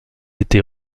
été